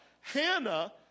Hannah